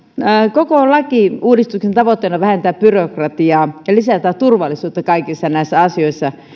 koko lakiuudistuksen tavoitteena on vähentää byrokratiaa ja lisätä turvallisuutta kaikissa näissä asioissa